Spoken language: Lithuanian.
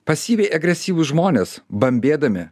pasyviai agresyvūs žmonės bambėdami